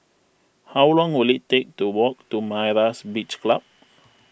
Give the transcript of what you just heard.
how long will it take to walk to Myra's Beach Club